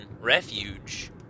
refuge